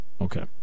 Okay